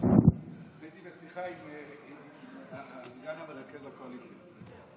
הייתי בשיחה עם סגן מרכז הקואליציה.